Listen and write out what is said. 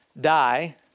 die